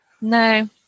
No